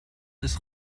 des